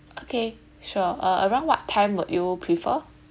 okay sure uh around what time would you prefer